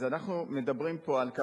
אז אנחנו מדברים פה על,